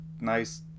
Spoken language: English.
nice